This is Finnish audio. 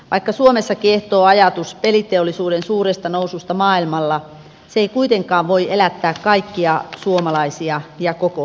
vaikka suomessa kiehtoo ajatus peliteollisuuden suuresta noususta maailmalla se ei kuitenkaan voi elättää kaikkia suomalaisia ja koko suomessa